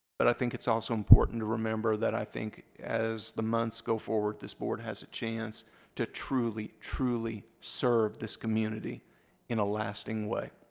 but i think it's also important to remember that i think as the months go forward, this board has a chance to truly, truly serve this community in a lasting way.